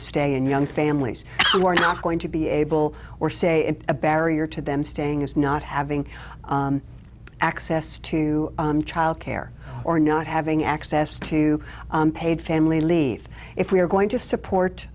to stay in young families are not going to be able or say a barrier to them staying is not having access to childcare or not having access to paid family leave if we are going to support